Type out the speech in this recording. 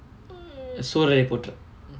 sooraraipotru